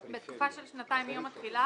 "בתקופה של שנתיים מיום התחילה",